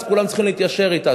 אז כולם צריכים להתיישר אתה.